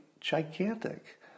gigantic